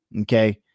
Okay